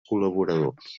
col·laboradors